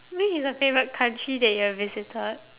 which is the favourite country that you have visited